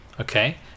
Okay